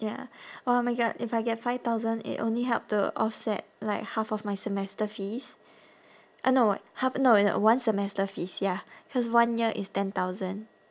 ya oh my god if I get five thousand it only help to offset like half of my semester fees uh no wait half no i~ uh one semester fees ya cause one year is ten thousand